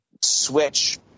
switch